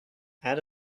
add